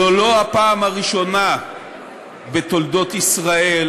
זו לא הפעם הראשונה בתולדות ישראל